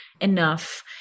enough